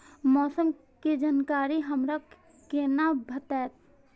मौसम के जानकारी हमरा केना भेटैत?